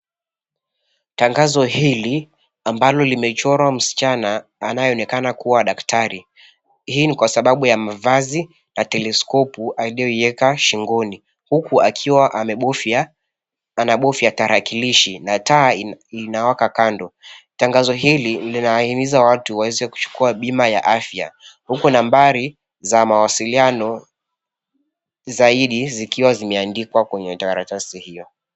Tangazo hili ambalo limechorwa msichana anayeonekana kuwa daktari. Hii ni kwa sababu ya mavazi na teleskopu aliyoieka shingoni huku akiwa anabofya tarakilishi na taa inawaka kando. Tangazo hili linahimiza watu waweze kuchukua bima ya afya huku nambari za mawasailiano zaidi zikiwa zimeandikwa kwenye karatasi hio.